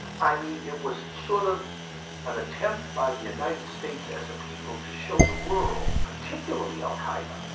i mean it was sort of an attempt by the united states as a people to show the world, particularly al qa'eda,